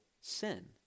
sin